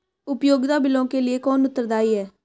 उपयोगिता बिलों के लिए कौन उत्तरदायी है?